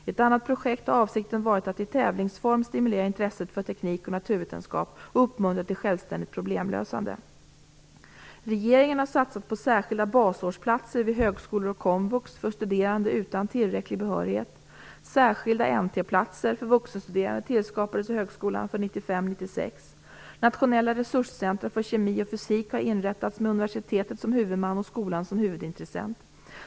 I ett annat projekt har avsikten varit att i tävlingsform stimulera intresset för teknik och naturvetenskap och uppmuntra till självständigt problemlösande. Regeringen har satsat på särskilda basårsplatser vid högskolor och komvux för studerande utan tillräcklig behörighet. Särskilda NT-platser för vuxenstuderande tillskapades i högskolan för 1995/96. Nationella resurscentrum för kemi och fysik har inrättats med universitetet som huvudman och skolan som huvudintressent.